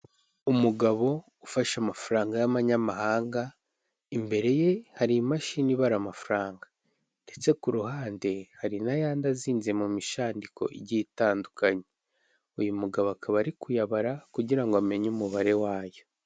Umugabo ufashe amafaranga y'abanyamahanga, imbere ye hari imashini ibara amafaranga, ndetse ku ruhande hari n'ayandi azinze mu mishandiko igiye itandukanye, uyu mugabo akaba ari kuyabara kugira ngo amenye umubare wayo.